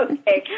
Okay